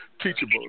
teachable